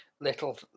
little